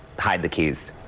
hide the keys.